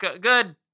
good